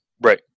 Right